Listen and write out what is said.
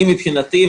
מבחינתי,